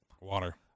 water